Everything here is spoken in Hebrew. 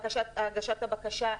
הגשת הבקשה,